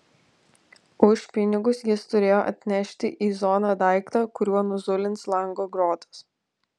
už pinigus jis turėjo atnešti į zoną daiktą kuriuo nuzulins lango grotas